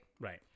Right